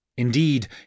Indeed